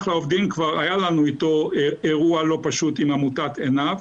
כבר היה לנו עם כח לעובדים אירוע לא פשוט עם עמותת עינב